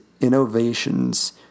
innovations